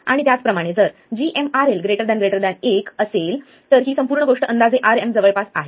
आणि त्याचप्रमाणे जर gmRL1 असेल तर ही संपूर्ण गोष्ट अंदाजे Rm जवळपास आहे